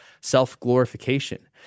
self-glorification